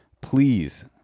Please